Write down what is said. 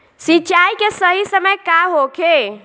सिंचाई के सही समय का होखे?